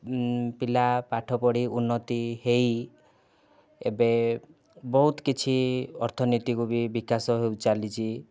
ପିଲା ପାଠପଢ଼ି ଉନ୍ନତି ହୋଇ ଏବେ ବହୁତ କିଛି ଅର୍ଥନୀତିକୁ ବି ବିକାଶ ଚାଲିଛି